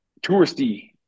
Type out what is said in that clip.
touristy